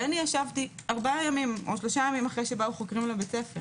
ישבתי שלושה ימים אחרי שבאו חוקרים לבית הספר